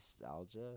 nostalgia